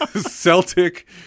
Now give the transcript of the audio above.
Celtic